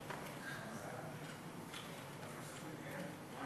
כן, כן.